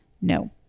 no